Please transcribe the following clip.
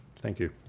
thank you.